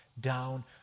down